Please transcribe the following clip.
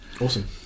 awesome